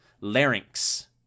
larynx